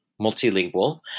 multilingual